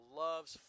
loves